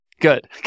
Good